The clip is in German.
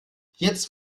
jetzt